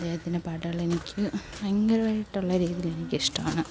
അദ്ദേഹത്തിൻ്റെ പാട്ടുകളെനിക്ക് ഭയങ്കരമായിട്ടുള്ള രീതിയിൽ എനിക്ക് ഇഷ്ടമാണ്